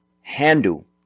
handle